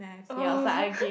oh